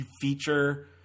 feature